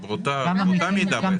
גם עמיתים,